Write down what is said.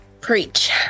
Preach